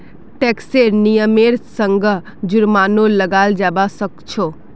टैक्सेर नियमेर संगअ जुर्मानो लगाल जाबा सखछोक